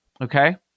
okay